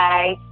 Bye